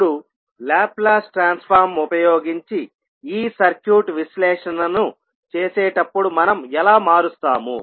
ఇప్పుడు Laplace transform ఉపయోగించి ఈ సర్క్యూట్ విశ్లేషణను చేసేటప్పుడు మనం ఎలా మారుస్తాము